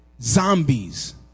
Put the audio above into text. zombies